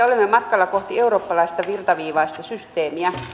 olemme matkalla kohti eurooppalaista virtaviivaista systeemiä